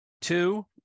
Two